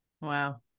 Wow